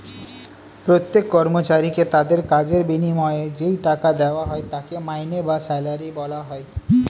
প্রত্যেক কর্মচারীকে তাদের কাজের বিনিময়ে যেই টাকা দেওয়া হয় তাকে মাইনে বা স্যালারি বলা হয়